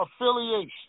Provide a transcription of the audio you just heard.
affiliation